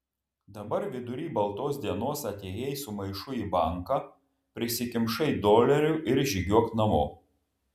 dabar vidury baltos dienos atėjai su maišu į banką prisikimšai dolerių ir žygiuok namo